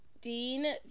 dean